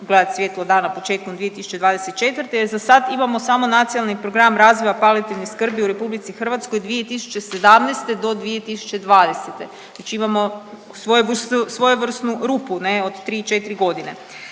ugledati svjetlo dana početkom 2024. jer zasad imamo samo Nacionalni program razvoja palijativne skrbi u RH 2017. do 2020., znači imamo svojevrsnu rupu ne od 3-4 godine.